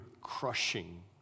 crushing